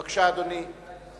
בבקשה, אדוני.